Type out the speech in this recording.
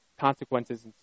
consequences